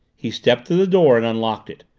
he stepped to the door and unlocked it.